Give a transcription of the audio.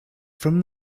from